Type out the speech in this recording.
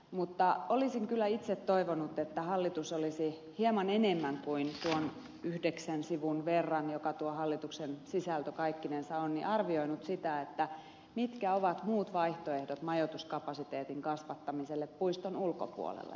mutta olisin kyllä itse toivonut että hallitus olisi hieman enemmän kuin tuon yhdeksän sivun verran joka tuo hallituksen esityksen sisältö kaikkinensa on arvioinut sitä mitkä ovat muut vaihtoehdot majoituskapasiteetin kasvattamiselle puiston ulkopuolella